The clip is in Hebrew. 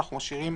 אנחנו משאירים